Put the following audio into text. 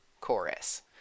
chorus